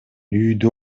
үйдө